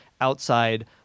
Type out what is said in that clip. outside